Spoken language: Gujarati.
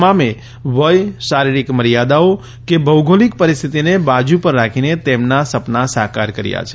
તમામે વય શારીરીક મર્યાદાઓ કે ભૌગોલિક પરિસ્થિતિને બાજુ પર રાખીને તેમના સપના સાકાર કર્યા છે